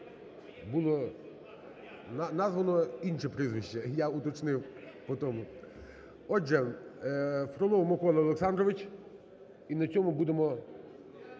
названо інше прізвище. Я уточнив…. Отже Фролов Микола Олександрович. І на цьому будемо